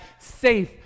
safe